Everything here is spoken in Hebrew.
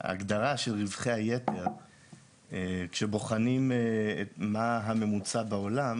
ההגדרה של רווחי היתר כשבוחנים מה הממוצע בעולם,